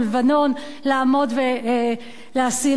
לעמוד ולהשיא לנו עצות.